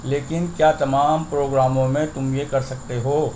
لیکن کیا تمام پروگراموں میں تم یہ کر سکتے ہو